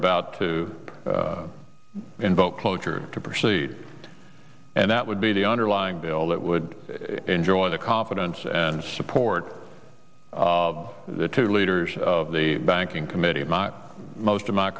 cloture to proceed and that would be the underlying bill that would enjoy the confidence and support the two leaders of the banking committee most of my